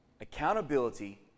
Accountability